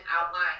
outline